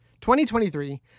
2023